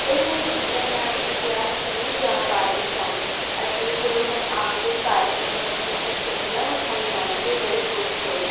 ਕਈ ਮਜ਼ਬੂਰੀਆਂ ਕਾਰਨ ਉਹ ਵਿਆਹ ਵਿੱਚ ਨਹੀਂ ਜਾ ਪਾ ਰਹੇ ਸਨ ਅਤੇ ਜਦੋਂ ਮੈਂ ਆ ਕੇ ਘਰ ਉਨ੍ਹਾਂ ਨੂੰ ਆਪਣੀਆਂ ਤਸਵੀਰਾਂ ਵਿਖਾਈਆਂ ਤਾਂ ਉਹ ਬੜੇ ਖੁਸ਼ ਹੋਏ